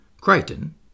Crichton